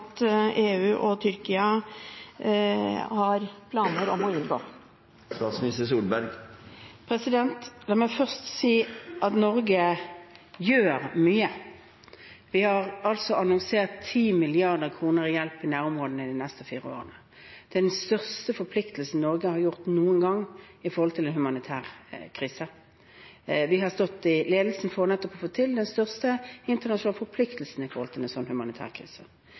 EU og Tyrkia har planer om å inngå. La meg først si at Norge gjør mye. Vi har annonsert 10 mrd. kr til hjelp i nærområdene de neste fire årene. Det er den største forpliktelsen Norge har påtatt seg noen gang i forhold til en humanitær krise. Vi har stått i ledelsen for å få til den største internasjonale forpliktelsen i forhold til en slik humanitær krise.